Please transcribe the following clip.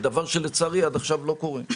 דבר שלצערי לא קורה עד עכשיו.